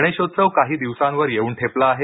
गणेशोत्सव काही दिवसांवर येऊन ठेपला आहे